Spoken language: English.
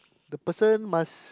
the person must